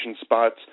spots